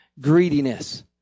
greediness